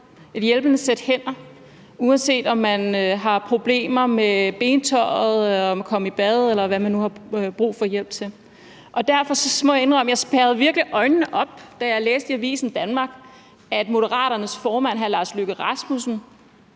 et hjælpende sæt hænder, uanset om man har problemer med bentøjet, med at komme i bad, eller hvad man nu har brug for hjælp til. Derfor må jeg indrømme, at jeg virkelig spærrede øjnene op, da jeg læste på avisendanmark.dk, at Moderaternes formand, hr. Lars Løkke Rasmussen,